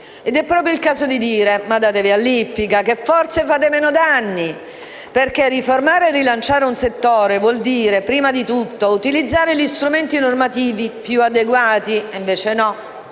Ed è proprio il caso di dire: ma datevi all'ippica che forse fate meno danni. Riformare e rilanciare un settore vuol dire, prima di tutto, utilizzare gli strumenti normativi più adeguati. E invece no: